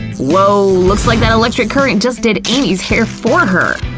woah! looks like that electric current just did amy's hair for her!